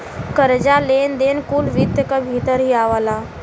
कर्जा, लेन देन कुल वित्त क भीतर ही आवला